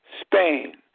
Spain